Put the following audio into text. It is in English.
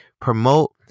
promote